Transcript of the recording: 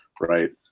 right